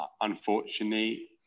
Unfortunately